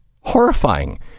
horrifying